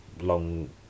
long